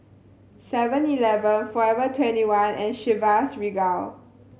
Seven Eleven Forever Twenty one and Chivas Regal